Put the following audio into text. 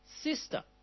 sister